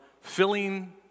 filling